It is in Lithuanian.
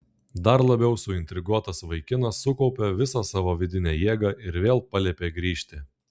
dar labiau suintriguotas vaikinas sukaupė visą vidinę jėgą ir vėl paliepė grįžti